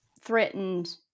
threatened